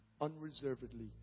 unreservedly